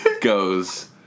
goes